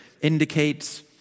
indicates